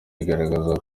igaragaza